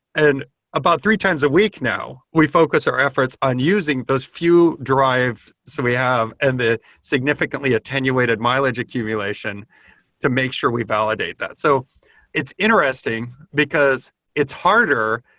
and about three times a week now, we focus our efforts on using those few drives so we have and the significantly attenuated mileage accumulation to make sure we validate that. so it's interesting, because it's harder,